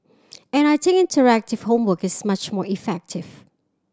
and I think interactive homework is much more effective